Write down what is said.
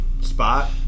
spot